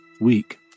weak